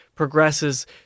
Progresses